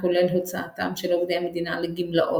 הכולל הוצאתם של עובדי המדינה לגמלאות.